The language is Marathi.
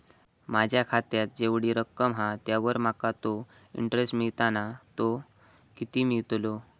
माझ्या खात्यात जेवढी रक्कम हा त्यावर माका तो इंटरेस्ट मिळता ना तो किती मिळतलो?